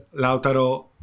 Lautaro